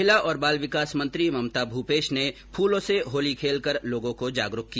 महिला और बाल विकास मंत्री ममता भूपेश ने फूलों से होली खेलकर लोगों को जागरूक किया